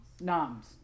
Noms